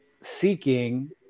seeking